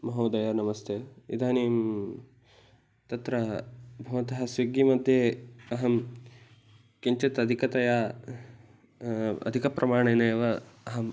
महोदय नमस्ते इदानीं तत्र भवतः स्विग्गि मध्ये अहं किञ्चित् अधिकतया अधिकप्रमाणेनैव अहम्